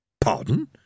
Pardon